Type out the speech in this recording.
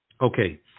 Okay